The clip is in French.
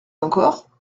encore